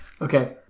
Okay